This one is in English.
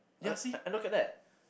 uh uh and look at that